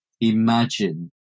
Imagine